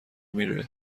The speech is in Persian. میره